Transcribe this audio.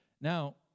Now